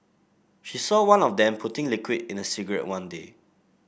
she saw one of them putting liquid in a cigarette one day